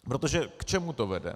Protože k čemu to vede?